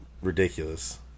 ridiculous